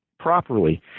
Properly